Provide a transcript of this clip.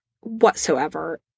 whatsoever